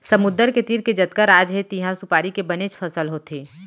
समुद्दर के तीर के जतका राज हे तिहॉं सुपारी के बनेच फसल होथे